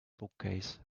bookcase